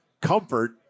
comfort